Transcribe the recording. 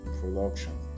production